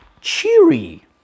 cheery